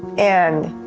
and